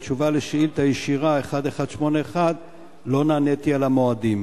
בתשובה על שאילתא ישירה 1181 לא נעניתי על המועדים.